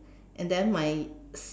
and then my